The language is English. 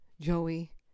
Joey